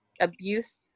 abuse